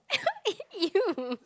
!eww!